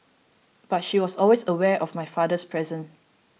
but she was always aware of my father's presence